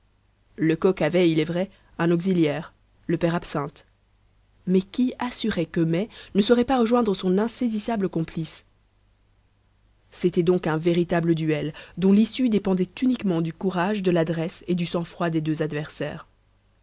lecoq avait il est vrai un auxiliaire le père absinthe mais qui assurait que mai ne saurait pas rejoindre son insaisissable complice c'était donc un véritable duel dont l'issue dépendait uniquement du courage de l'adresse et du sang-froid des deux adversaires